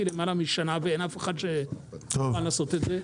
למעלה משנה ואין אף אחד שמוכן לעשות את זה.